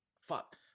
Fuck